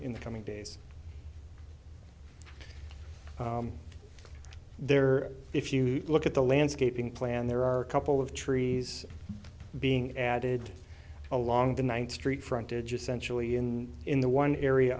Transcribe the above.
the coming days there if you look at the landscaping plan there are a couple of trees being added along the ninth street frontage essentially in in the one area